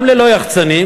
גם ללא יחצנים,